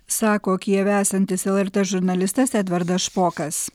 sako kijeve esantis lrt žurnalistas edvardas špokas